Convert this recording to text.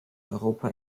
europa